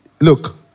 look